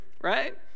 right